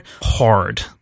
hard